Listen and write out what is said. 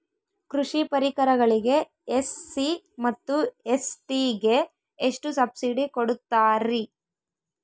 ಕೃಷಿ ಪರಿಕರಗಳಿಗೆ ಎಸ್.ಸಿ ಮತ್ತು ಎಸ್.ಟಿ ಗೆ ಎಷ್ಟು ಸಬ್ಸಿಡಿ ಕೊಡುತ್ತಾರ್ರಿ?